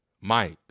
Mike